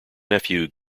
nephew